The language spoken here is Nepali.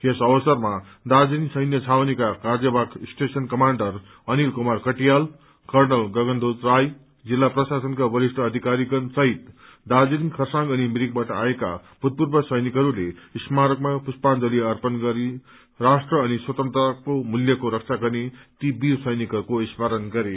यस अवसरमा दार्जीलिङ सैन्य छावनीका कार्यवाहक station commander Anil Kumar Katiyal colonel Gaganboj Rai जिल्ला प्रशासनका वरिष्ठ अधिकारीगण सहित दार्जीलिङ खरसाङ अनि मिरिकबाट आएका भूतपूर्व सैनिकहस्ले स्मारकमा पुष्पाजली अर्पण गरेर राष्ट्र अनि स्वतन्त्रताको मूल्यको रक्षा गर्ने ती वीर सैनिकहरूको स्मरण गरे